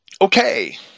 okay